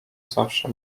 zawsze